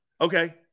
Okay